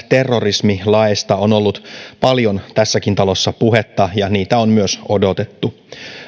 terrorismilaeista on ollut paljon tässäkin talossa puhetta ja niitä on myös odotettu